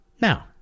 Now